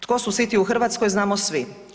Tko su siti u Hrvatskoj znamo svi.